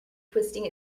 twisting